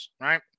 right